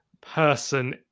person